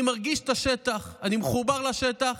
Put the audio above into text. אני מרגיש את השטח, אני מחובר לשטח,